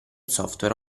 software